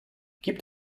gibt